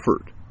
effort